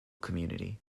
community